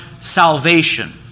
salvation